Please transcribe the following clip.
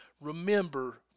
remember